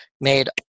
made